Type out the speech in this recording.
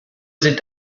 sind